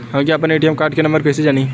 हम अपने ATM card के नंबर कइसे जानी?